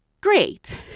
great